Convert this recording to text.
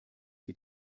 wir